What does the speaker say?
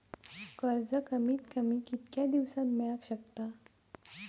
कर्ज कमीत कमी कितक्या दिवसात मेलक शकता?